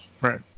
Right